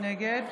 נגד